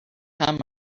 time